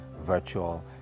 virtual